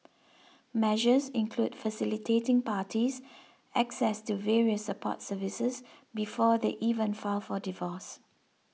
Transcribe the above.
measures include facilitating parties access to various support services before they even file for divorce